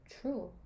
true